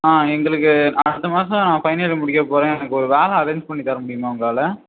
எங்களுக்கு அடுத்த மாதம் ஃபைனல் இயர் முடிக்க போகிறேன் எனக்கு ஒரு வேலை அரேஞ்ச் பண்ணி தரமுடியுமா உங்களால்